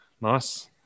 Nice